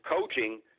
coaching